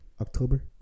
October